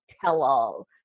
tell-all